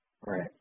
Right